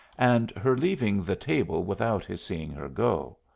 and her leaving the table without his seeing her go.